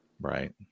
Right